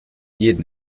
jeden